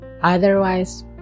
otherwise